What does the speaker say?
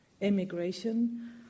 immigration